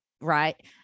right